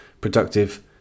productive